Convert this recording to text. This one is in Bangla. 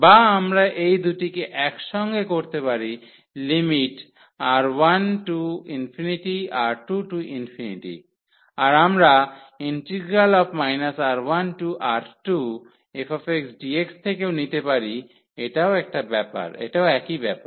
বা আমরা এই দুটিকে একসঙ্গে করতে পারি lim⁡R1→∞ R2→∞ আর আমরা R1R2fxdx থেকেও নিতে পারি এটাও একই ব্যাপার